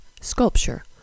sculpture